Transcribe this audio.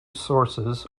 sources